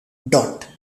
dot